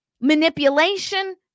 manipulation